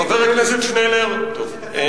חבר הכנסת שנלר, טוב.